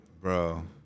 Bro